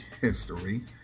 history